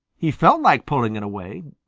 he felt like pulling it away.